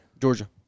Georgia